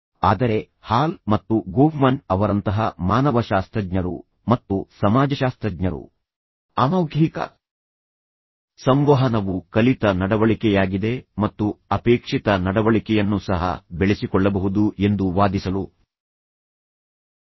ಆದರೆ ಹಾಲ್ ಮತ್ತು ಗೋಫ್ಮನ್ ಅವರಂತಹ ಮಾನವಶಾಸ್ತ್ರಜ್ಞರು ಮತ್ತು ಸಮಾಜಶಾಸ್ತ್ರಜ್ಞರು ಅಮೌಖಿಕ ಸಂವಹನವು ಕಲಿತ ನಡವಳಿಕೆಯಾಗಿದೆ ಮತ್ತು ಅಪೇಕ್ಷಿತ ನಡವಳಿಕೆಯನ್ನು ಸಹ ಬೆಳೆಸಿಕೊಳ್ಳಬಹುದು ಎಂದು ವಾದಿಸಲು ಪ್ರಯತ್ನಿಸುತ್ತಾರೆ